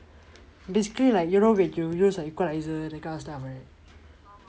basically like you know when you use a equaliser that kind of stuff right